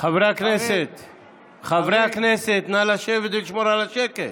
חברי הכנסת, נא לשבת ולשמור על השקט.